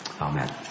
Amen